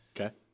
Okay